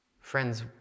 friends